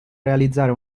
realizzare